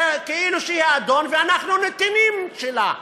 כאילו שהיא האדון, ואנחנו נתינים שלה.